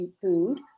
food